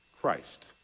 Christ